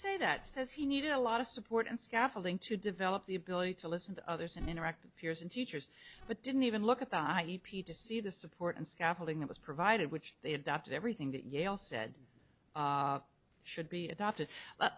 say that says he needed a lot of support and scaffolding to develop the ability to listen to others and interact with peers and teachers but didn't even look at the high e p to see the support and scaffolding that was provided which they adopted everything that yale said should be adopted